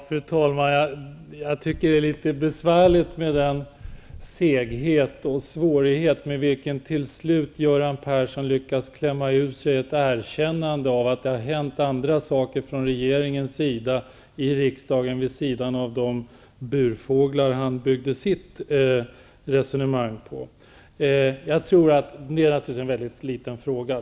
Fru talman! Jag tycker att det är litet besvärligt med den seghet och svårighet med vilken till sist Göran Persson lyckas klämma ur sig ett erkännande av att det på initiativ av regeringen har hänt andra saker i riksdagen vid sidan av behandlingen av frågan om burfåglar som han byggde sitt resonemang på. Om hönsen skall springa lösa eller inte är naturligtvis en liten fråga.